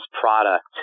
product